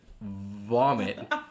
vomit